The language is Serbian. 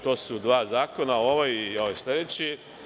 To su dva zakona, ovaj i ovaj sledeći.